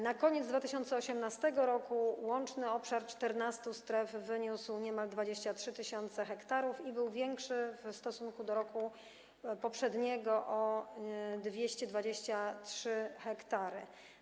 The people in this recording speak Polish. Na koniec 2018 r. łączny obszar 14 stref wyniósł niemal 23 tys. ha i był większy w stosunku do roku poprzedniego o 223 ha.